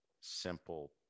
simple